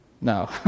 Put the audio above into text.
No